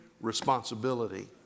responsibility